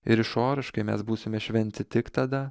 ir išoriškai mes būsime šventi tik tada